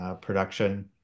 production